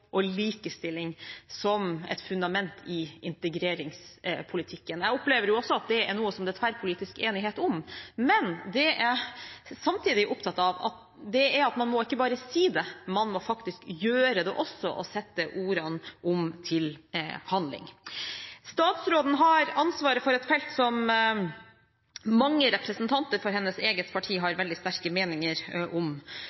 og likestilling som et fundament i integreringspolitikken. Jeg opplever også at det er noe som det er tverrpolitisk enighet om. Men det jeg samtidig er opptatt av, er at man ikke bare må si det, man må faktisk gjøre det også, og sette ordene om til handling. Statsråden har ansvaret for et felt som mange representanter for hennes eget parti har